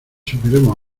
subiremos